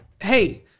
hey